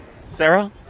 Sarah